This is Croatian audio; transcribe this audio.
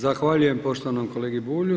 Zahvaljujem poštovanom kolegi Bulju.